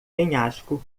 penhasco